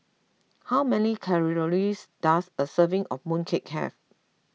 how many calories does a serving of Mooncake have